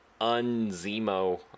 un-Zemo